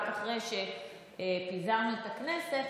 רק אחרי שפיזרנו את הכנסת,